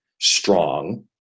strong